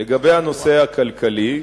לגבי הנושא הכלכלי,